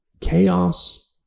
chaos